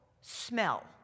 smell